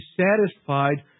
satisfied